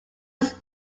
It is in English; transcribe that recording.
its